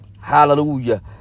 Hallelujah